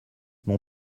mon